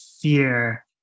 fear